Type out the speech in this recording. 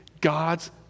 God's